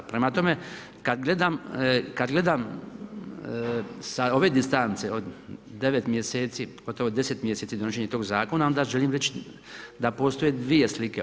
Prema tome, kad gledam sa ove distance od 9 mjeseci, gotovo 10 mjeseci donošenje tog zakona, onda želim reći da postoje dvije slike.